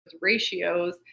ratios